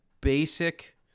basic